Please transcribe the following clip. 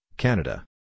Canada